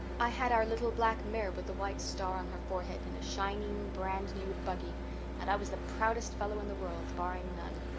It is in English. i had out little black mare with the white star on her forehead, and a shining brand-new buggy and i was the proudest fellow in the world, barring none.